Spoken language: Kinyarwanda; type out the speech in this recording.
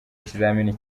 ikizamini